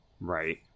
Right